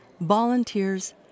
volunteers